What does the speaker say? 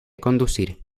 conducir